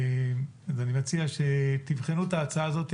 אז אני מציע שתבחנו את הצעה הזאת.